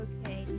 Okay